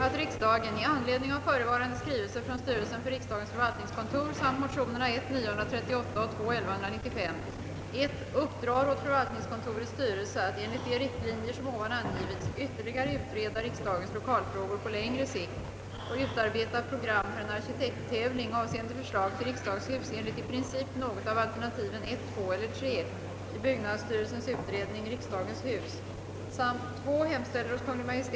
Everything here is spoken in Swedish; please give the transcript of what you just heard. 1) uppdra åt förvaltningskontorets styrelse att enligt de riktlinjer som utskottet angivit i utlåtandet ytterligare utreda riksdagens lokalfrågor på längre sikt och utarbeta program för en arkitekttävling avseende förslag till riksdagshus enligt i princip något av alternativen 1, 2 eller 3 i byggnadsstyrelsens utredning »Riksdagens hus», samt